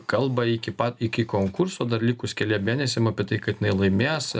kalba iki pat iki konkurso dar likus keliem mėnesiam apie tai kad jinai laimės